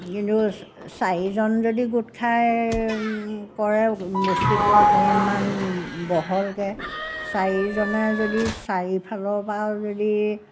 কিন্তু চাৰিজন যদি গোট খাই কৰে বস্তুটো অকণমান বহলকৈ চাৰিজনে যদি চাৰিফালৰপৰাও যদি